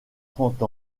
trente